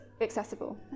accessible